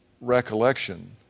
recollection